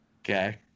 Okay